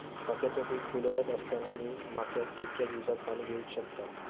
मक्याचो पीक फुलोऱ्यात असताना मी मक्याक कितक्या दिवसात पाणी देऊक शकताव?